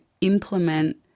implement